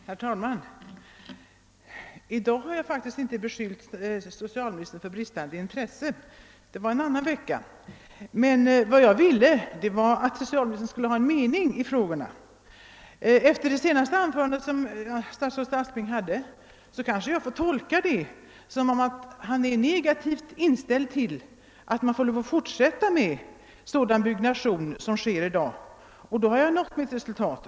Herr talman! I dag har jag faktiskt inte beskyllt socialministern för bristande intresse. Det var en annan vecka. Vad jag ville med min interpellation var att socialministern skulle uttrycka en mening i dessa frågor. Det senaste anförandet som statsrådet Aspling höll kanske jag får tolka på det sättet, att statsrådet är negativt inställd till att man även i fortsättningen ger tillstånd till sådan byggnation som förekommer i dag, och då har jag nått mitt syfte.